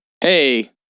Hey